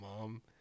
Mom